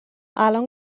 الان